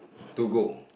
to go